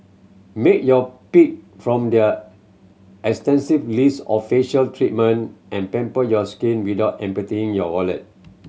make your pick from their extensive list of facial treatment and pamper your skin without emptying your wallet